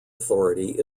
authority